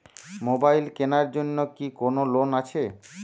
Mobile কেনার জন্য কি কোন লোন আছে?